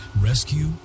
Rescue